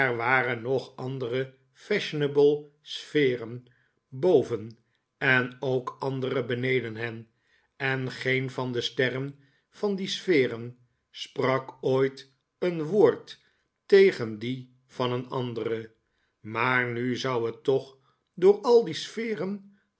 waren nog andere fashionable sferen boven en ook andere beneden hen en geen van de sterren van die sferen sprak ooit een woord tegen die van een andere maar nu zou het toch door al die sferen